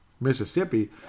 Mississippi